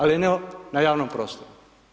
Ali ne na javnom prostoru.